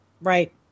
Right